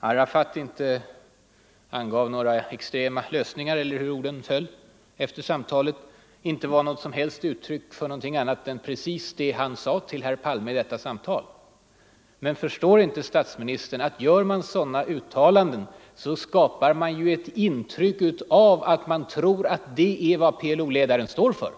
Arafat inte angav några extrema lösningar inte syftade på något annat än precis vad Arafat sade till herr Palme i detta samtal. Men förstår inte statsministern, att gör man sådana uttalanden skapar man ett intryck av att man tror att det är vad PLO-ledaren står för?